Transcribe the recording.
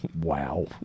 Wow